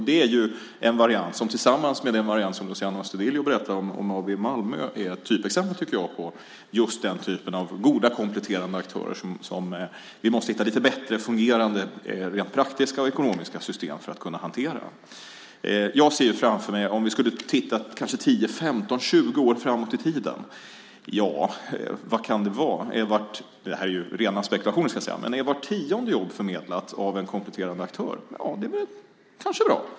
Det är en variant som tillsammans med den variant som Luciano Astudillo berättar om - Mabi i Malmö - är typexempel, tycker jag, på den typen av goda kompletterande aktörer som vi måste hitta bättre fungerande system rent praktiskt och ekonomiskt för att kunna hantera. Om vi skulle titta kanske 10, 15 eller 20 år framåt i tiden ser jag framför mig - det här är rena spekulationer ska jag säga - att kanske vart tionde jobb är förmedlat av en kompletterande aktör. Ja, det är kanske bra!